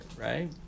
right